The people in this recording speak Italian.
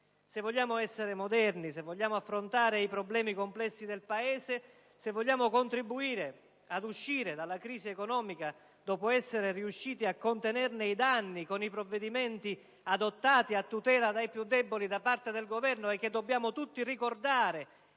Se vogliamo essere moderni, se vogliamo affrontare i problemi complessi del Paese, se vogliamo contribuire ad uscire dalla crisi economica, dopo essere riusciti a contenerne i danni con i provvedimenti adottati a tutela dei più deboli da parte del Governo (dobbiamo tutti ricordare